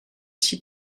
six